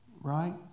right